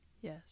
yes